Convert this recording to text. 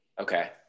Okay